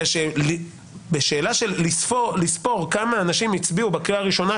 כי בשאלת ספירת כמה אנשים הצביעו בקריאה הראשונה,